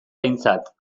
aintzat